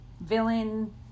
villain